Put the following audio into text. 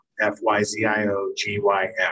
f-y-z-i-o-g-y-m